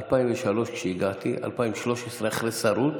2003 כשהגעתי, 2013 אחרי שהייתי שר,